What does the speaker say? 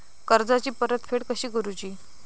कर्जाची परतफेड कशी करुची?